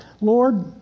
Lord